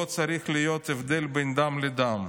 לא צריך להיות הבדל בין דם לדם".